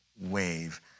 wave